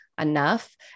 enough